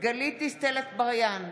גלית דיסטל אטבריאן,